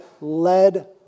led